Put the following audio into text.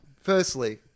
firstly